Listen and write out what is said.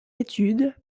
études